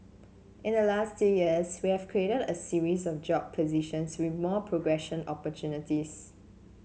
in the last two years we've created a series of job positions with more progression opportunities